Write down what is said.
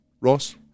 Ross